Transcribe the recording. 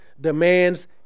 demands